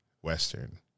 Western